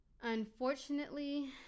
Unfortunately